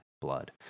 blood